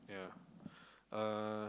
yeah uh